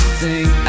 sing